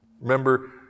Remember